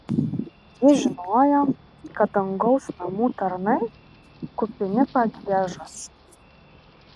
ji žinojo kad dangaus namų tarnai kupini pagiežos